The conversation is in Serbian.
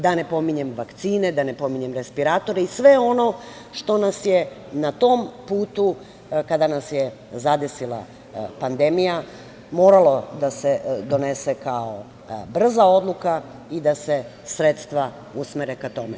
Da ne pominjem vakcine, da ne pominjem respiratore i sve ono što nas je na tom putu, kada nas je zadesila pandemija, moralo da se donese kao brza odluka i da se sredstva usmere ka tome.